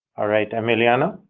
all right, emiliano,